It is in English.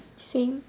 thing